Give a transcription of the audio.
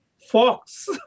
fox